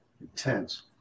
intense